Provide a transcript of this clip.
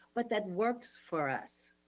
but that works for us.